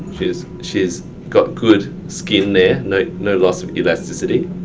she's she's got good skin there, no no loss of elasticity.